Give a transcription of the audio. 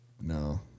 No